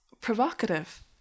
provocative